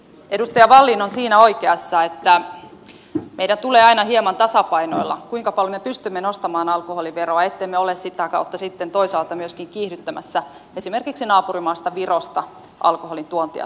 edustaja wallin on siinä oikeassa että meidän tulee aina hieman tasapainoilla kuinka paljon me pystymme nostamaan alkoholiveroa ettemme ole sitä kautta sitten toisaalta myöskin kiihdyttämässä esimerkiksi naapurimaasta virosta alkoholin tuontia suomeen